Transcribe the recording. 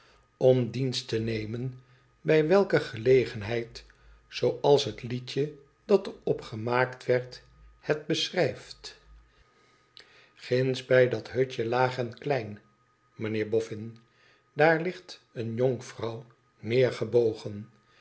vriekd te nemen bij welke gelegenheid zooak het liedje dat er op gemaakt werd het beschrijft ginds bij dat hutje laag en klein meneer bofiin daar ligt een jonkvrouw